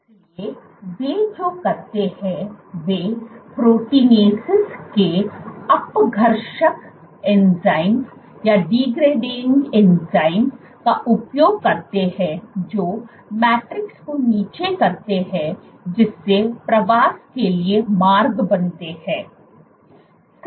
इसलिए वे जो करते हैं वे प्रोटीनेसस के अपघर्षक एंजाइमों का उपयोग करते हैं जो मैट्रिक्स को नीचा करते हैं जिससे प्रवास के लिए मार्ग बनते हैं